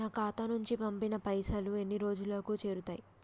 నా ఖాతా నుంచి పంపిన పైసలు ఎన్ని రోజులకు చేరుతయ్?